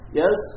yes